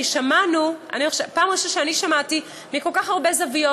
כי פעם ראשונה שאני שמעתי מכל כך הרבה זוויות,